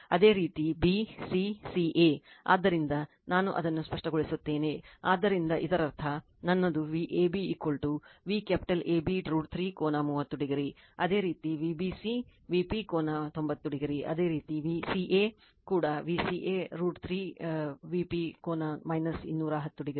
ಆದ್ದರಿಂದ ನಾನು ಅದನ್ನು ಸ್ಪಷ್ಟಗೊಳಿಸುತ್ತೇನೆ ಆದ್ದರಿಂದ ಇದರರ್ಥ ನನ್ನದು Vab V ಕ್ಯಾಪಿಟಲ್ AB√ 3ಕೋನ 30o ಅದೇ ರೀತಿ VbcVp ಕೋನ 90o ಅದೇ ರೀತಿ Vcaಕೂಡ Vca √ 3 Vpಕೋನ 210o ಆಗಿದೆ